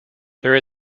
there